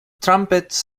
trumpets